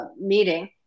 meeting